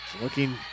Looking